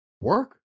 work